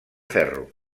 ferro